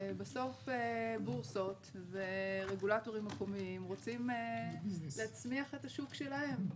בסוף בורסות ורגולטורים מקומיים רוצים להצמיח את השוק שלהם.